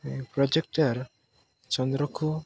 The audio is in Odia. ପ୍ରୋଜେକ୍ଟର୍ ଚନ୍ଦ୍ରକୁ